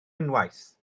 unwaith